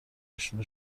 اشنا